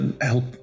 help